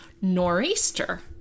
nor'easter